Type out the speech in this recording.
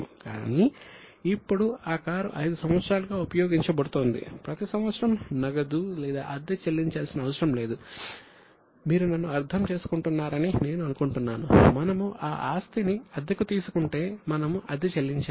కానీ ఇప్పుడు ఆ కారు 5 సంవత్సరాలుగా ఉపయోగించబడుతోంది ప్రతి సంవత్సరం నగదుఅద్దె చెల్లించాల్సిన అవసరం లేదు మీరు నన్ను అర్థం చేసుకుంటున్నారని నేను అనుకుంటున్నాను మనము ఆ ఆస్తిని అద్దెకు తీసుకుంటే మనము అద్దె చెల్లించాలి